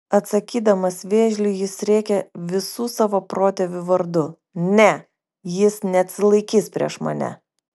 atsakydamas vėžliui jis rėkia visų savo protėvių vardu ne jis neatsilaikys prieš mane